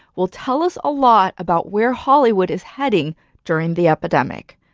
will tell us a lot about where hollywood is heading during the epidemic.